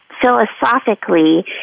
philosophically